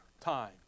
time